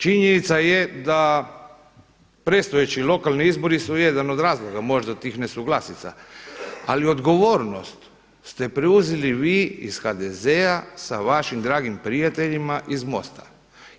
Činjenica je da predstojeći lokalni izbori su jedan od razloga možda tih nesuglasica, ali odgovornost ste preuzeli vi iz HDZ-a sa vašim dragim prijateljima iz MOST-a.